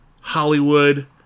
Hollywood